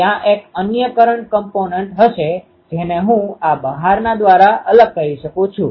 તેથી આ મારી અનુકૂળતાથી હું 2ej2 K I ej૦rr Farrayθϕ લખી શકું છુ